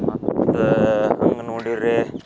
ಮತ್ತು ಹಂಗೆ ನೋಡಿದ್ರೆ